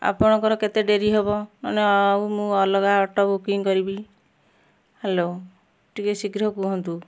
ଆପଣଙ୍କର କେତେ ଡେରି ହେବ ନ ନେ ଆଉ ମୁଁ ଅଲଗା ଅଟୋ ବୁକିଂ କରିବି ହ୍ୟାଲୋ ଟିକେ ଶୀଘ୍ର କୁହନ୍ତୁ